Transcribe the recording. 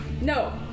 No